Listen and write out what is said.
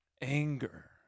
Anger